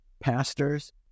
pastors